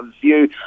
view